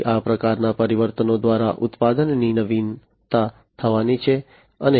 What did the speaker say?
તેથી આ પ્રકારના પરિવર્તનો દ્વારા ઉત્પાદનની નવીનતા થવાની છે